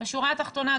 השורה התחתונה,